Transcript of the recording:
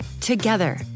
Together